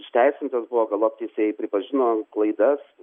išteisintas buvo galop teisėjai pripažino klaidas